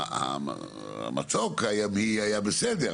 המצוק הימי היה בסדר,